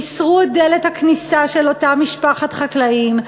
ניסרו את דלת הכניסה של אותה משפחת חקלאים,